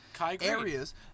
areas